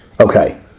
Okay